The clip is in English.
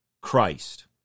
Christ